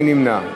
מי נמנע?